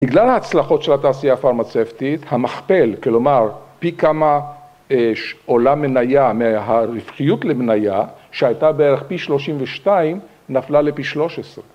בגלל ההצלחות של התעשייה הפרמצפטית, המכפל, כלומר, פי כמה עולה מניה מהרווחיות למניה, שהייתה בערך פי 32, נפלה לפי 13.